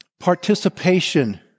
participation